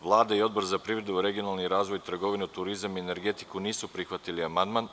Vlada i Odbor za privredu, regionalni razvoj, trgovinu, turizam i energetiku nisu prihvatili amandman.